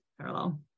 parallel